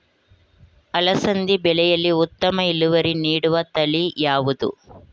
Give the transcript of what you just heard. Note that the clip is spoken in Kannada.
ಅಲಸಂದಿ ಬೆಳೆಯಲ್ಲಿ ಉತ್ತಮ ಇಳುವರಿ ನೀಡುವ ತಳಿ ಯಾವುದು?